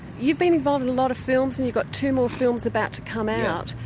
you've been involved in a lot of films and you've got two more films about to come out,